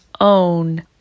own